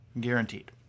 guaranteed